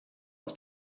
aus